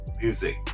music